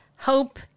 Hope